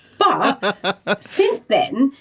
but since then,